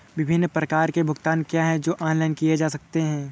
विभिन्न प्रकार के भुगतान क्या हैं जो ऑनलाइन किए जा सकते हैं?